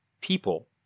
people